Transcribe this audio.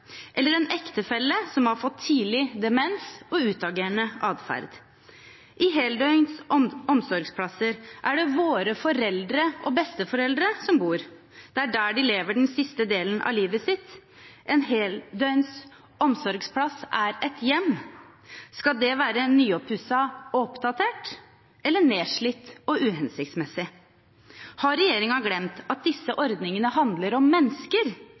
eller en ektefelle som har fått tidlig demens og utagerende adferd. I heldøgns omsorgsplasser er det våre foreldre og besteforeldre som bor. Det er der de lever den siste delen av livet sitt. En heldøgns omsorgsplass er et hjem. Skal det være nyoppusset og oppdatert, eller nedslitt og uhensiktsmessig? Har regjeringen glemt at disse ordningene handler om mennesker?